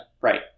Right